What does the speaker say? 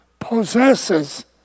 possesses